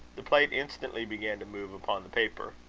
the plate instantly began to move upon the paper.